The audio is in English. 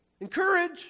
Encourage